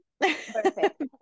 Perfect